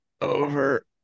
over